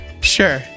Sure